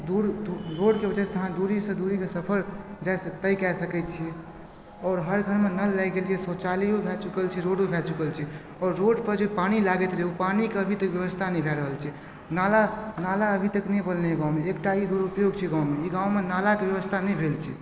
दूर रोडके वजहसँ अहाँ दूरी सँ दूरीके सफर जा सकै तय कए सकै छी आओर हर घरमे नल लागि गेल छै शौचालयो भए चुकल छै रोडो भए चुकल छै आओर रोडपर जे पानि लागैत रहै ओ पानिके अभी तक व्यवस्था नहि भए रहल छै नाला नाला अभी तक नहि बनलै हँ गाँवमे अभी तक एकटा दुरूपयोग छै गाँवमे ई गावमे नालाके व्यवस्था नहि भेल छै